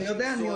אני יודע.